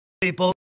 people